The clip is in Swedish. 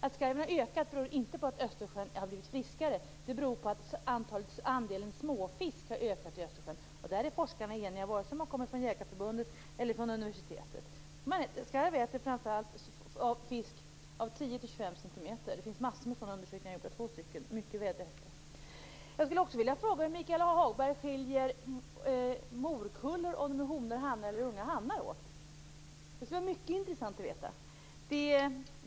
Att skarven har ökat beror inte på att Östersjön har blivit friskare. Det beror på att andelen småfisk har ökat i Östersjön. Där är forskarna eniga, vare sig de kommer från Jägareförbundet eller från universitet. Skarv äter framför allt fisk som är 10-25 cm. Det finns sådana undersökningar gjorda som är mycket vederhäftiga. Jag skulle också vilja fråga hur Michael Hagberg skiljer morkullorna åt, dvs. om det är honor, hannar eller unga hannar? Det skulle vara mycket intressant att få veta.